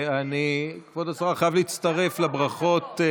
כבוד השרה, אני חייב להצטרף לברכות.